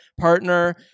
partner